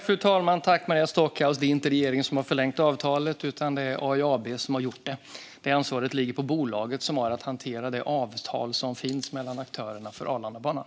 Fru talman! Det är inte regeringen som har förlängt avtalet, utan det är AIAB som har gjort det. Detta ansvar ligger på det bolag som har att hantera det avtal som finns mellan aktörerna för Arlandabanan.